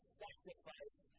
sacrifice